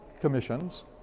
commissions